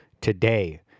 today